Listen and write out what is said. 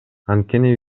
анткени